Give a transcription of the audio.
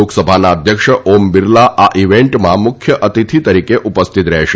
લોકસભાના અધ્યક્ષ ઓમ બીરલા આ ઇવેન્ટમાં મુખ્ય અતિથી તરીકે ઉપસ્થિત રહેશે